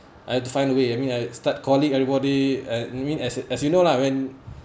I had to find a way I mean I start calling everybody as I mean as as you know lah when